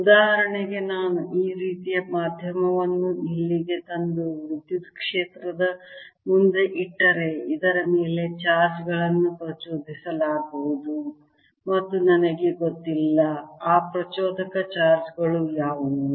ಉದಾಹರಣೆಗೆ ನಾನು ಈ ರೀತಿಯ ಮಾಧ್ಯಮವನ್ನು ಇಲ್ಲಿಗೆ ತಂದು ವಿದ್ಯುತ್ ಕ್ಷೇತ್ರದ ಮುಂದೆ ಇಟ್ಟರೆ ಇದರ ಮೇಲೆ ಚಾರ್ಜ್ ಗಳನ್ನು ಪ್ರಚೋದಿಸಲಾಗುವುದು ಮತ್ತು ನನಗೆ ಗೊತ್ತಿಲ್ಲ ಆ ಪ್ರಚೋದಕ ಚಾರ್ಜ್ ಗಳು ಯಾವುವು